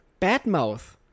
badmouth